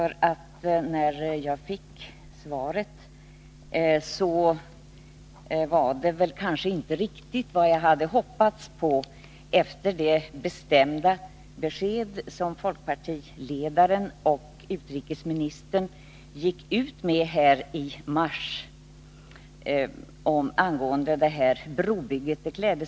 Det skrivna svaret var kanske inte riktigt vad jag hade hoppats på, efter det bestämda besked som folkpartiledaren och utrikesministern gick ut med i mars angående detta brobygge.